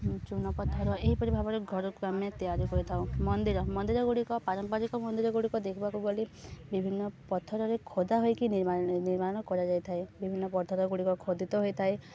ଚୁନ ପଥର ଏହିପରି ଭାବରେ ଘରକୁ ଆମେ ତିଆରି କରିଥାଉ ମନ୍ଦିର ମନ୍ଦିରଗୁଡ଼ିକ ପାରମ୍ପାରିକ ମନ୍ଦିରଗୁଡ଼ିକ ଦେଖିବାକୁ ବୋଲି ବିଭିନ୍ନ ପଥରରେ ଖୋଦା ହେକି ନିର୍ ନିର୍ମାଣ କରାଯାଇଥାଏ ବିଭିନ୍ନ ପଥରଗୁଡ଼ିକ ଖୋଦିତ ହୋଇଥାଏ